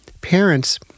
parents